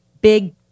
big